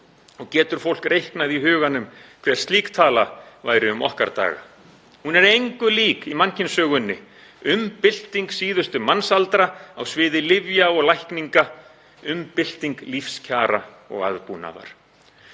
og getur fólk reiknað í huganum hver slík tala væri um okkar daga. Hún er engu lík í mannkynssögunni, umbylting síðustu mannsaldra á sviði lyfja og lækninga, umbylting lífskjara og aðbúnaðar.